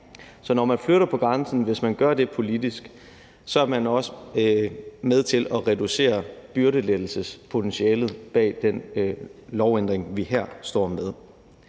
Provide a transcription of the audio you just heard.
Så hvis man flytter på grænsen politisk, er man også med til at reducere byrdelettelsespotentialet bag den lovændring, vi her står med.